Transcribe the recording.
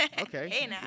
okay